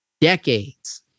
decades